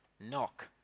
Knock